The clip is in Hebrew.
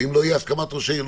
ואם לא תהיה הסכמת ראש עיר,